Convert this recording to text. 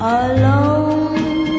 alone